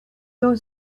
your